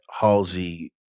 Halsey